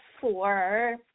four